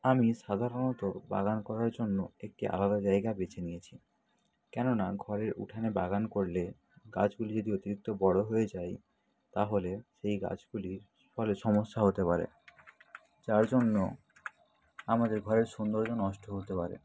আমি সাধারণত বাগান করার জন্য একটি আলাদা জায়গা বেছে নিয়েছি কেননা ঘরের উঠানে বাগান করলে গাছগুলি যদি অতিরিক্ত বড়ো হয়ে যায় তাহলে সেই গাছগুলির ফলে সমস্যা হতে পারে যার জন্য আমাদের ঘরের সৌন্দর্য নষ্ট হতে পারে